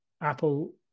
Apple